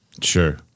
Sure